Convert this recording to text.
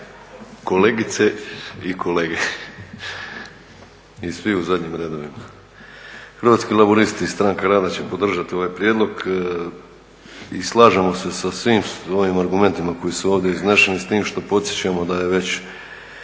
Hrvatski laburisti-Stranka rada će podržati ovaj prijedlog i slažemo se sa svim ovim argumentima koji su ovdje izneseni s time što podsjećamo da je već